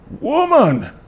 woman